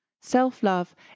Self-love